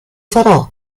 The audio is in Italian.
farò